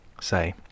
say